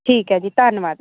ਠੀਕ ਹੈ ਜੀ ਧੰਨਵਾਦ